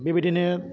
बेबायदिनो